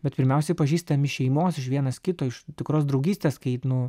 bet pirmiausiai pažįstam iš šeimos iš vienas kito iš tikros draugystės kaip nu